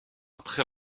après